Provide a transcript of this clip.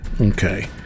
okay